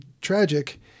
tragic